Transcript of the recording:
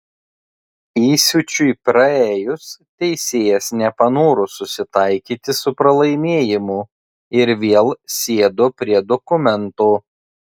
įsiūčiui praėjus teisėjas nepanoro susitaikyti su pralaimėjimu ir vėl sėdo prie dokumento